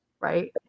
Right